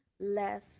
less